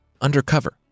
undercover